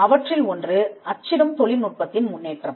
அவற்றில் ஒன்று அச்சிடும் தொழில்நுட்பத்தின் முன்னேற்றம்